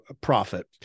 profit